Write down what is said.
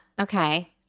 Okay